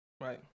Right